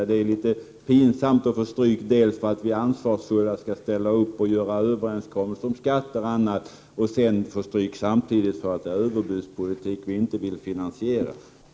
Men det är litet pinsamt att få stryk både för att vi är ansvarsfulla och ställer upp och gör överenskommelser om skatter och annat och samtidigt för att vi för en överbudspolitik, som vi inte vill finansiera.